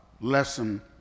lesson